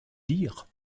dire